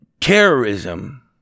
terrorism